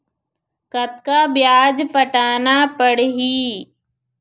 कतका ब्याज पटाना पड़ही?